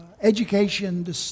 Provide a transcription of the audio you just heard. education